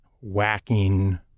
whacking